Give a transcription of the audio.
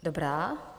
Dobrá.